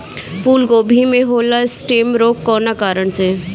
फूलगोभी में होला स्टेम रोग कौना कारण से?